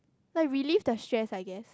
like relieve the stress I guess